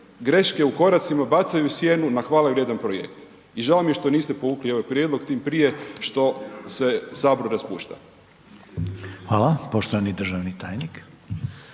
greške u koracima bacaju sjenu na hvalevrijedan projekt i žao mi je što niste povukli ovaj prijedlog tim prije što se Sabor raspušta. **Reiner, Željko (HDZ)** Hvala. Poštovani državni tajnik.